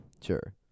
sure